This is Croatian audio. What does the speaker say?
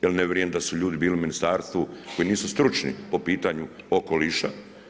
Jer ne vjerujem da su ljudi bili u ministarstvu, koji nisu stručni po pitanju okoliša.